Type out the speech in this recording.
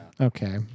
Okay